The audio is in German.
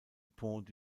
pont